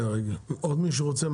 עוד מישהו רוצה?